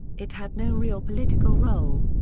it had no real political role.